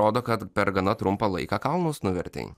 atrodo kad per gana trumpą laiką kalnus nuvertei